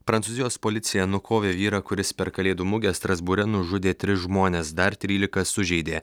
prancūzijos policija nukovė vyrą kuris per kalėdų mugę strasbūre nužudė tris žmones dar trylika sužeidė